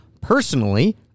Personally